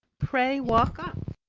pray walk up!